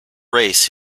race